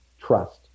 trust